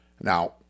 Now